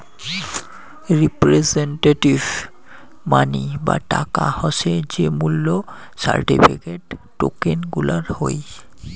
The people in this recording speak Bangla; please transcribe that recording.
রিপ্রেসেন্টেটিভ মানি বা টাকা হসে যে মূল্য সার্টিফিকেট, টোকেন গুলার হই